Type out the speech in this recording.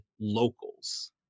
locals